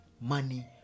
money